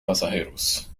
pasajeros